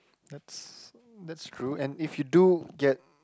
that's that's true and if you do get